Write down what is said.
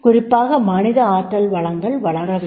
குறிப்பாக மனித ஆற்றல் வளங்கள் வளர வேண்டும்